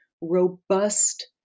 robust